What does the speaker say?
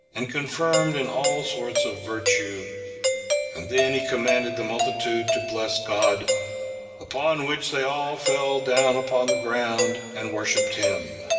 and confirmed in all sorts of virtue and then he commanded the multitude to bless god upon which they all fell down upon the ground and worshipped him.